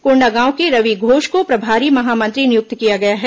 कोंडागांव के रवि घोष को प्रभारी महामंत्री नियुक्त किया गया है